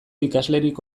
ikaslerik